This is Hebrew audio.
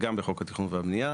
וגם בחוק התכנון והבנייה,